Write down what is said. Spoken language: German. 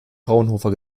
fraunhofer